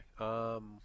Okay